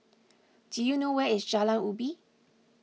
do you know where is Jalan Ubi